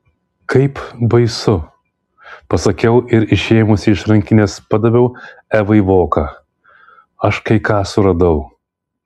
kaip baisu pasakiau ir išėmusi iš rankinės padaviau evai voką aš kai ką suradau